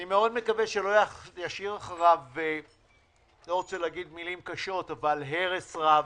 אני מאוד מקווה שהוא לא ישאיר אחריו הרס רב.